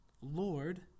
Lord